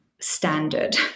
standard